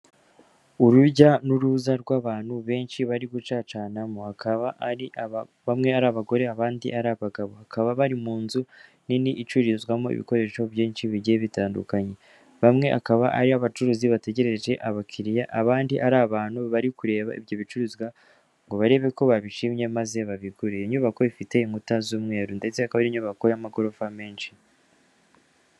Urujya n'uruza rw'abantu benshi bari gucacanamo, akaba ari bamwe ari abagore abandi ari abagabo, bakaba bari mu nzu nini icururizwamo ibikoresho byinshi bigiye bitandukanye, bamwe akaba ari abacuruzi bategereje abakiriya abandi ari abantu bari kureba ibyo bicuruzwa ngo barebe ko babishimye maze babigure, inyubako ifite inkuta z'umweru ndetse akaba ari inyubako y'amagorofa menshi.